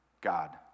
God